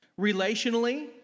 relationally